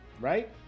right